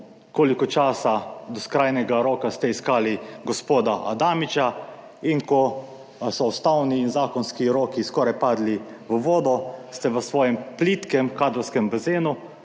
koliko časa do skrajnega roka ste iskali gospoda Adamiča, in ko so ustavni in zakonski roki skoraj padli v vodo, ste v svojem plitkem kadrovskem bazenu